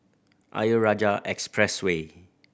Ayer Rajah Expressway